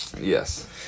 Yes